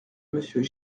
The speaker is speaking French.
monsieur